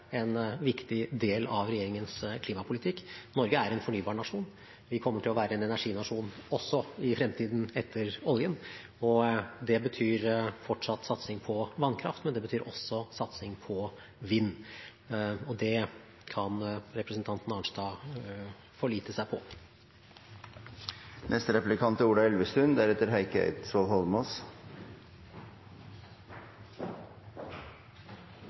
en viktig del av regjeringens klimapolitikk. Norge er en fornybarnasjon. Vi kommer til å være en energinasjon også i fremtiden, etter oljen. Det betyr fortsatt satsing på vannkraft, men det betyr også satsing på vind. Det kan representanten Arnstad forlite seg på. Jeg er